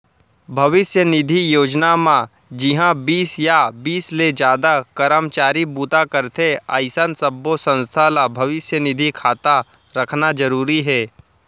भविस्य निधि योजना म जिंहा बीस या बीस ले जादा करमचारी बूता करथे अइसन सब्बो संस्था ल भविस्य निधि खाता रखना जरूरी हे